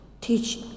teach